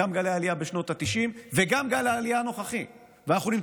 גם גלי העלייה בשנות התשעים וגם גל העלייה הנוכחי,